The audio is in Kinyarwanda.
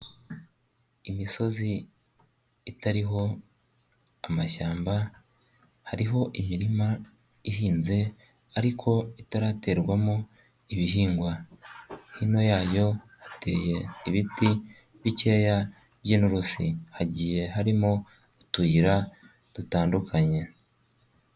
Imisozi itariho amashyamba, hariho imirima ihinze ariko itaraterwamo ibihingwa. Hino yayo hateye ibiti bikeya by'ininturusi. Hagiye harimo utuyira dutandukanye.